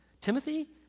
Timothy